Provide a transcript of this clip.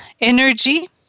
energy